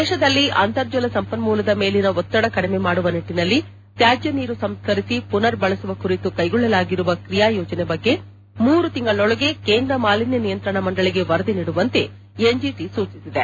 ದೇಶದಲ್ಲಿ ಅಂತರ್ಜಲ ಸಂಪನ್ನೂಲದ ಮೇಲಿನ ಒತ್ತಡ ಕಡಿಮೆ ಮಾಡುವ ನಿಟ್ಟನಲ್ಲಿ ತ್ಯಾಜ್ಯ ನೀರು ಸಂಸ್ಕರಿಸಿ ಪುನರ್ ಬಳಸುವ ಕುರಿತು ಕೈಗೊಳ್ಳಲಾಗಿರುವ ್ರಿಯಾ ಯೋಜನೆ ಬಗ್ಗೆ ಮೂರು ತಿಂಗಳೊಳಗೆ ಕೇಂದ್ರ ಮಾಲಿನ್ನ ನಿಯಂತ್ರಣ ಮಂಡಳಿಗೆ ವರದಿ ನೀಡುವಂತೆ ಎನ್ಜಿಟಿ ಸೂಚಿಸಿದೆ